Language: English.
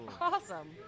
awesome